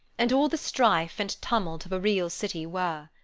and all the strife and tumult of a real city were.